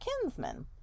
kinsman